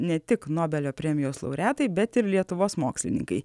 ne tik nobelio premijos laureatai bet ir lietuvos mokslininkai